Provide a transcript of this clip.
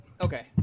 Okay